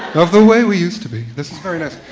of the way we used to be. this is very nice.